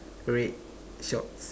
red shorts